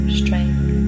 strength